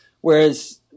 whereas